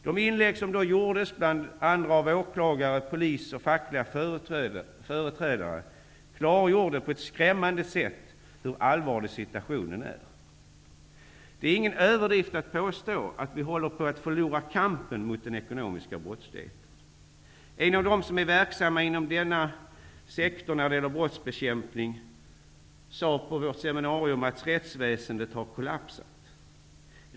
De inlägg som då gjordes av bl.a. åklagare, poliser och fackliga företrädare klargjorde på ett skrämmande sätt hur allvarlig situationen är. Det är ingen överdrift att påstå att vi håller på att förlora kampen mot den ekonomiska brottsligheten. En person verksam inom brottsbekämpningssektorn sade på vårt seminarium att rättsväsendet har kollapsat.